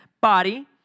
body